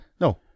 no